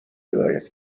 هدایت